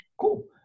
Cool